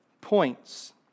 points